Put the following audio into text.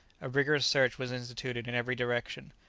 a rigorous search was instituted in every direction,